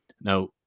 Now